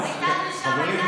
חברים,